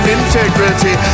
integrity